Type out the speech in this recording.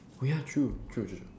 oh ya true true true